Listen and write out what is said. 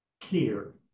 clear